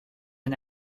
and